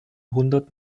hundert